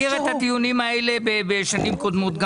אני מכיר את הדיונים האלה משנים קודמות.